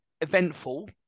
eventful